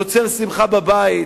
יוצר שמחה בבית,